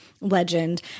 legend